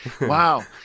Wow